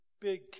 big